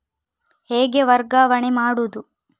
ಹೇಗೆ ವರ್ಗಾವಣೆ ಮಾಡುದು?